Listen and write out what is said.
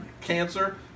cancer